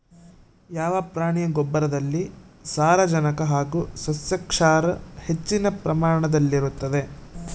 ಯಾವ ಪ್ರಾಣಿಯ ಗೊಬ್ಬರದಲ್ಲಿ ಸಾರಜನಕ ಹಾಗೂ ಸಸ್ಯಕ್ಷಾರ ಹೆಚ್ಚಿನ ಪ್ರಮಾಣದಲ್ಲಿರುತ್ತದೆ?